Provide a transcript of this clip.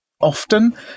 Often